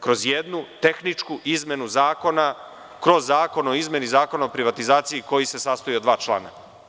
kroz jednu tehničku izmenu zakona, kroz zakon o izmeni Zakona o privatizaciji koji se sastoji od dva člana.